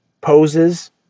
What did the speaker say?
poses